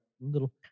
little